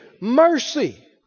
Mercy